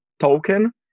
token